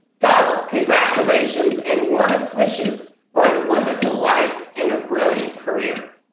so, congratulations and warmest wishes for a wonderful life and a brilliant career.